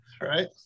Right